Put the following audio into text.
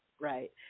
right